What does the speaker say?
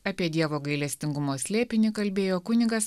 apie dievo gailestingumo slėpinį kalbėjo kunigas